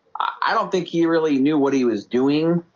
i don't think he really knew what he was doing